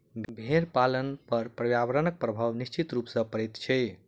भेंड़ पालन पर पर्यावरणक प्रभाव निश्चित रूप सॅ पड़ैत छै